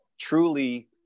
truly